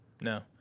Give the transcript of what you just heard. no